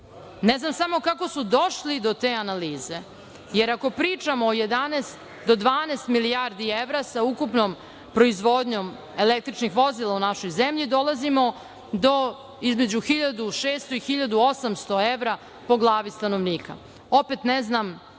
znam samo kako su došli do te analize, jer ako pričamo o 11 do 12 milijardi evra, sa ukupnom proizvodnjom električnih vozila u našoj zemlji, dolazimo do između 1.600 i 1.800 evra po glavi stanovnika. Opet ne znam